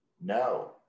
No